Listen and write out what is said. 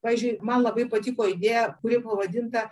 pavyzdžiui man labai patiko idėja kuri pavadinta